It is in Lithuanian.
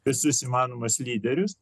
visus įmanomus lyderius